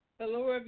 Hello